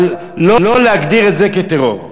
אבל לא להגדיר את זה כטרור.